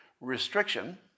restriction